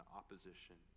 opposition